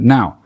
Now